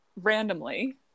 randomly